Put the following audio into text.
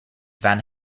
van